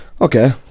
Okay